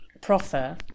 proffer